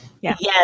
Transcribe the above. Yes